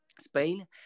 Spain